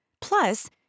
Plus